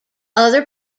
other